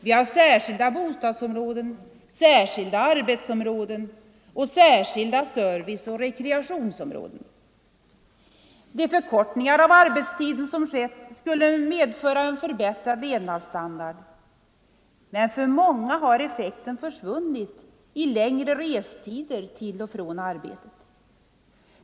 Vi har särskilda bostadsområden, särskilda arbetsområden och särskilda serviceoch rekreationsområden. De förkortningar av arbetstiden som skett skulle medföra en förbättrad levnadsstandard — men för många har effekten försvunnit i längre restider till och från arbetet.